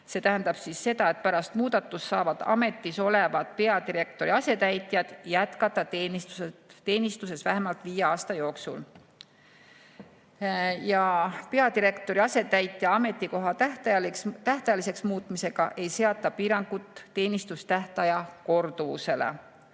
See tähendab seda, et pärast muudatust saavad ametis olevad peadirektori asetäitjad jätkata teenistuses vähemalt viie aasta jooksul. Ja peadirektori asetäitja ametikoha tähtajaliseks muutmisega ei seata piirangut teenistustähtaja korduvusele.